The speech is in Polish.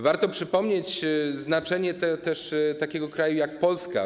Warto przypomnieć też znaczenie takiego kraju jak Polska.